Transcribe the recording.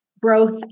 Growth